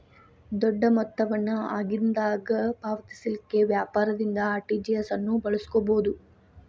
ದೊಡ್ಡ ಮೊತ್ತ ವನ್ನ ಆಗಿಂದಾಗ ಪಾವತಿಸಲಿಕ್ಕೆ ವ್ಯಾಪಾರದಿಂದ ಆರ್.ಟಿ.ಜಿ.ಎಸ್ ಅನ್ನು ಬಳಸ್ಕೊಬೊದು